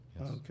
Okay